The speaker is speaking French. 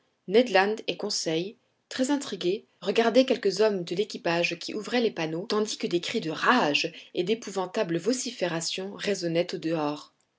et conseil très intrigués regardaient quelques hommes de l'équipage qui ouvraient les panneaux tandis que des cris de rage et d'épouvantables vociférations résonnaient au-dehors